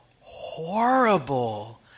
horrible